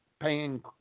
paying